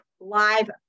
live